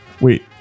Wait